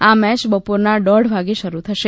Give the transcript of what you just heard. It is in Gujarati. આ મેચ બપોરના દોઢ વાગે શરૂ થશે